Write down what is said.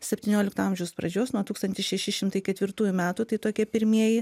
septyniolikto amžiaus pradžios nuo tūkstantis šeši šimtai ketvirtųjų metų tai tokie pirmieji